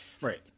Right